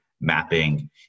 mapping